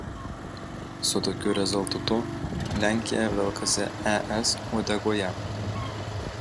su tokiu rezultatu lenkija velkasi es uodegoje